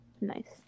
Nice